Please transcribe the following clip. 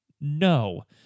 No